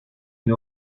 une